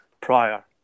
prior